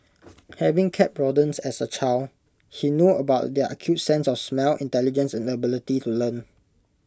having kept rodents as A child he knew about their acute sense of smell intelligence and ability to learn